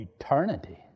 eternity